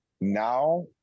now